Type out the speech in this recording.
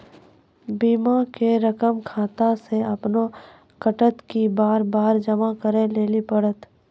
बीमा के रकम खाता से अपने कटत कि बार बार जमा करे लेली पड़त?